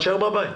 תישאר בבית'.